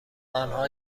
آنها